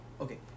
okay